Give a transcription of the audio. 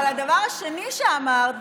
אבל הדבר השני שאמרת,